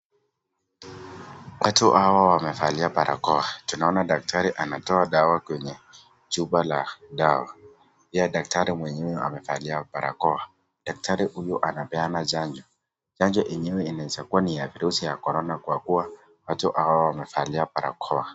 Watu hawa wamevalia barakoa. Tunaona daktari anatoa dawa kwenye chupa la dawa. Pia daktari mwenyewe amevalia barakoa. Daktari huyu anabena chanjo, chanjo yenyewe inaweza kuwa ni ya virusi vya corona kwa kuwa watu hawa wamevalia barakoa.